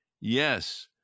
Yes